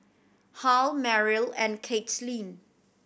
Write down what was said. Hal Meryl and Kaitlyn